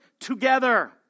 together